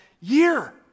year